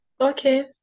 Okay